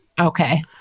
Okay